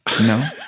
No